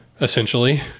essentially